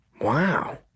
Wow